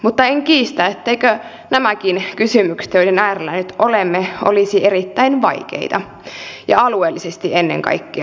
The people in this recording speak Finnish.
mutta en kiistä etteivätkö nämäkin kysymykset joiden äärellä nyt olemme olisi erittäin vaikeita ja alueellisesti ennen kaikkea